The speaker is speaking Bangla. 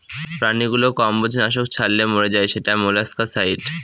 প্রাণীগুলো কম্বজ নাশক ছড়ালে মরে যায় সেটা মোলাস্কাসাইড